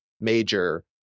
major